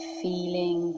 feeling